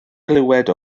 glywed